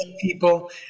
people